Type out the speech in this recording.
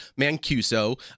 Mancuso